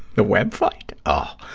the web fight? oh,